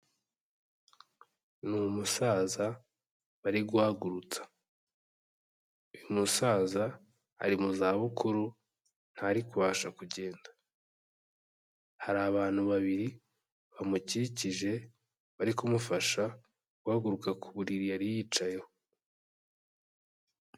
Ni umusaza bari guhagurutsa, uyu musaza ari mu zabukuru ntari kubasha kugenda, hari abantu babiri bamukikije bari kumufasha guhaguruka ku buriri yari yicayeho.